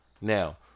Now